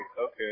okay